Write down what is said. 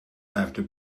after